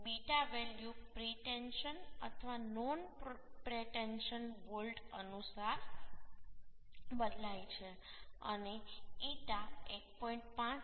તેથી β value pretension અથવા non pretension bolt અનુસાર બદલાય છે અને Eta 1